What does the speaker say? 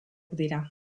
dira